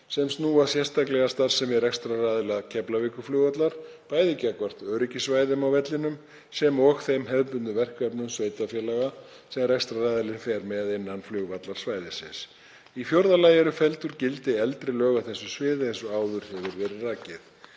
sem snúa sérstaklega að starfsemi rekstraraðila Keflavíkurflugvallar, bæði gagnvart öryggissvæðum á vellinum sem og þeim hefðbundnu verkefnum sveitarfélaga sem rekstraraðilinn fer með innan flugvallarsvæðisins. Í fjórða lagi eru felld úr gildi eldri lög á þessu sviði, eins og áður hefur verið rakið.